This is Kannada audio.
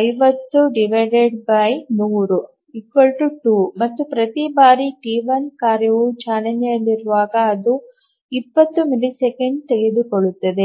⌈150100⌉2 ಮತ್ತು ಪ್ರತಿ ಬಾರಿ ಟಿ1 ಕಾರ್ಯವು ಚಾಲನೆಯಲ್ಲಿರುವಾಗ ಅದು 20 ಮಿಲಿಸೆಕೆಂಡ್ ತೆಗೆದುಕೊಳ್ಳುತ್ತದೆ